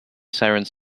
sirens